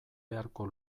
beharko